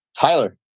Tyler